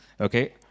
Okay